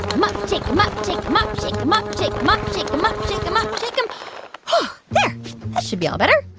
him up, shake him up, shake him up, shake him up, shake him up, shake him up, shake him up, shake him ah up, shake him but there. that should be all better